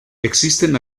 existen